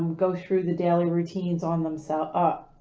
go through the daily routines on themselves, ah,